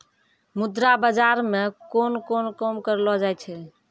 मुद्रा बाजार मे कोन कोन काम करलो जाय छै